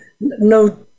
no